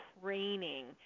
training